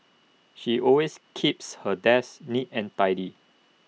she always keeps her desk neat and tidy